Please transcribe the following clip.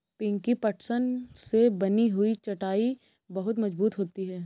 पिंकी पटसन से बनी हुई चटाई बहुत मजबूत होती है